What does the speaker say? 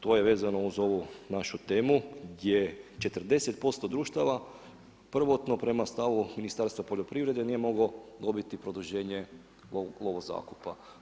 To je vezano uz ovu našu temu je 40% društava prvotno prema stavu Ministarstva poljoprivrede nije moglo dobiti produženje lovozakupa.